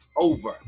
over